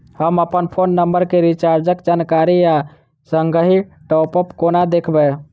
हम अप्पन phone number केँ रिचार्जक जानकारी आ संगहि टॉप अप कोना देखबै?